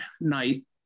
night